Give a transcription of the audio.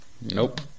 Nope